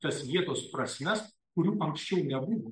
tas vietos prasmes kurių anksčiau nebuvo